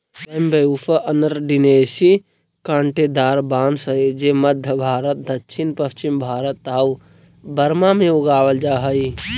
Bambusa arundinacea काँटेदार बाँस हइ जे मध्म भारत, दक्षिण पश्चिम भारत आउ बर्मा में उगावल जा हइ